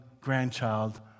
grandchild